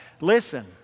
Listen